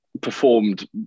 performed